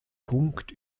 punkt